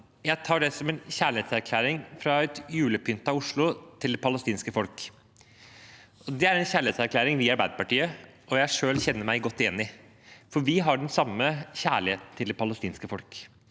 Jeg tar det som en kjærlighetserklæring fra et julepyntet Oslo til det palestinske folk. Det er en kjærlighetserklæring vi i Arbeiderpartiet og jeg selv kjenner oss godt igjen i, for vi har den samme kjærligheten til det palestinske folk.